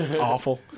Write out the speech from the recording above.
awful